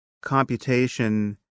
computation